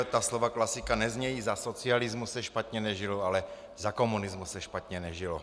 Ta slova klasika neznějí za socialismu se špatně nežilo, ale za komunismu se špatně nežilo.